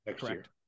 Correct